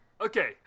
okay